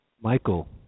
Michael